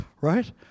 right